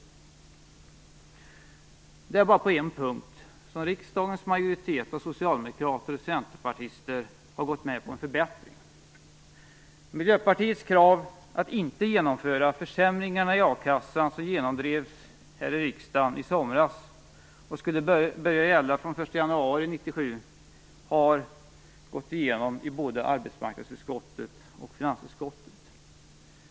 Det är bara på en punkt som riksdagens majoritet av socialdemokrater och centerpartister har gått med på en förbättring. Miljöpartiets krav att inte genomföra de försämringar i a-kassan som genomdrevs i riksdagen i somras och skulle börja gälla från den 1 januari 1997 har gått igenom i både arbetsmarknadsutskottet och finansutskottet.